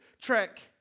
trick